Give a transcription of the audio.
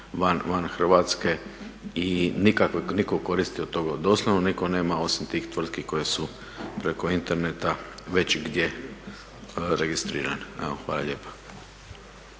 van Hrvatske i nitko koristi od toga doslovno nitko nema osim tih tvrtki koje su preko interneta već gdje registrirane. Evo, hvala lijepa.